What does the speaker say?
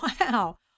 Wow